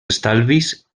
estalvis